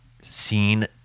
seen